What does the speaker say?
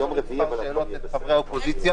יושב-ראש הקואליציה,